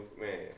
man